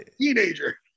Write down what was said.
teenager